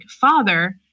father